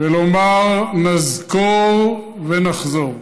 ולומר: נזכור ונחזור,